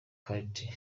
carter